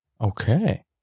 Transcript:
Okay